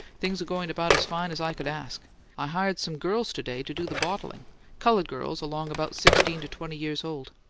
things are going about as fine as i could ask i hired some girls to-day to do the bottling coloured girls along about sixteen to twenty years old.